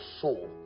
soul